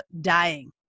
dying